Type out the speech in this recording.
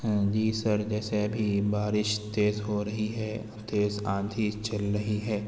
جی sir جیسے ابھی بارش تیز ہو رہی ہے تیز آندھی چل رہی ہے